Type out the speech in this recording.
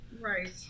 Right